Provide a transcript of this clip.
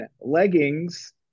leggings